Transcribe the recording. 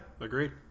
agreed